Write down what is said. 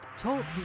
Talk